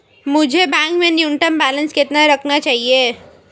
मुझे बैंक में न्यूनतम बैलेंस कितना रखना चाहिए?